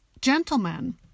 gentlemen